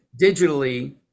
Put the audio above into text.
digitally